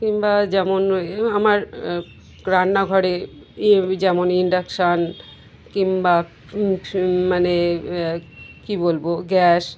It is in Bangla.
কিংবা যেমন আমার রান্নাঘরে ই যেমন ইন্ডাকশন কিংবা মানে কী বলব গ্যাস